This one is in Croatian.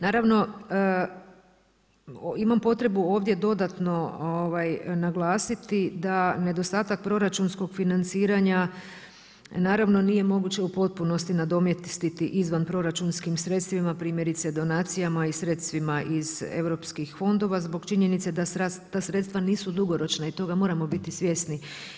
Naravno imamo potrebu ovdje dodatno naglasiti da nedostatak proračunskog financiranja naravno nije moguće u potpunosti nadomjestiti izvanproračunskim sredstvima primjerice donacijama i sredstvima iz europskih fondova zbog činjenice da ta sredstva nisu dugoročna i toga moramo biti svjesni.